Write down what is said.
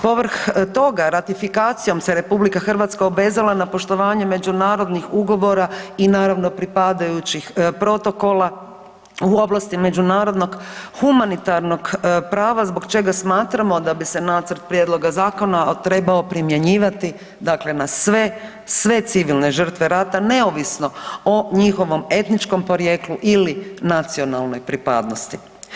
Povrh toga ratifikacijom se RH obvezala na poštovanje međunarodnih ugovora i naravno pripadajućih protokola u oblasti međunarodnog humanitarnog prava zbog čega smatramo da bi se Nacrt prijedloga zakona trebao primjenjivati, dakle na sve civilne žrtve rata neovisno o njihovom etničkom porijeklu ili nacionalnoj pripadnosti.